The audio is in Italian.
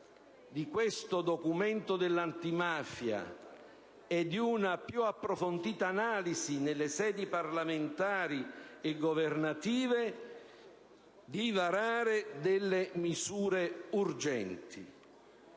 di questo documento dell'Antimafia e di una più approfondita analisi nelle sedi parlamentari e governative, la necessità di varare misure urgenti.